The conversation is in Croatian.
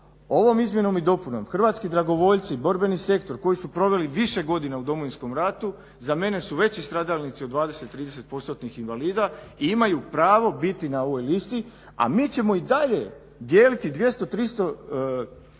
ovom izmjenom i dopunom, hrvatski dragovoljci, borbeni sektor koji su proveli više godina u Domovinskom ratu za mene su veći stradalnici od 20, 30 % invalida i imaju pravo biti na ovoj listi. A mi ćemo i dalje dijeliti 200, 300 kredita